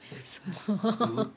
什么